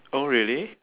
oh really